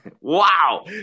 Wow